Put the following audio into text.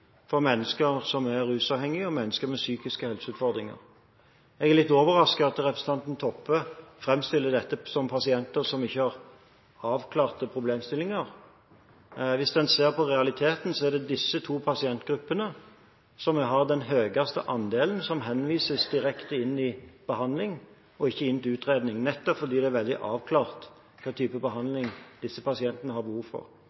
for mennesker som er rusavhengige, og mennesker med psykiske helseutfordringer. Jeg er litt overrasket over at representanten Toppe framstiller dette som pasienter som ikke har avklarte problemstillinger. Hvis en ser på realiteten, er det disse to pasientgruppene som har den høyeste andelen som henvises direkte til behandling og ikke til utredning, nettopp fordi det er veldig avklart hvilken type behandling disse pasientene har behov for.